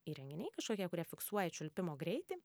įrenginiai kažkokie kurie fiksuoja čiulpimo greitį